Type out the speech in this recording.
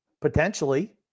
potentially